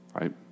right